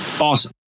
Awesome